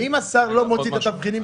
ואם השר לא מוציא את התבחינים,